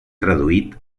traduït